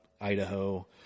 Idaho